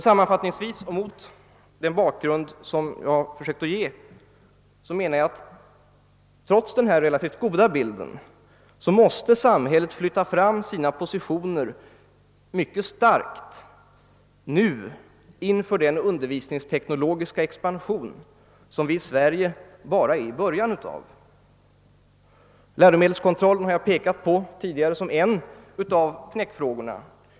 Sammanfattningsvis och mot den bakgrund jag försökt ge anser jag emellertid att samhället, trots den relativt goda bilden, måste flytta fram sina positioner mycket starkt nu inför den undervisningsteknologiska expansion som vi i Sverige bara är i början av. Läromedelskontrollen har jag tidigare pekat på såsom en avgörande fråga.